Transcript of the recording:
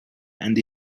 and